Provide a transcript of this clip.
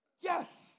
Yes